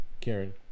Karen